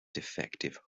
defective